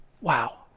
Wow